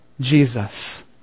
Jesus